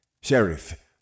Sheriff